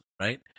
right